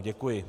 Děkuji.